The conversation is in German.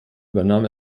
übernahm